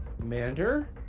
Commander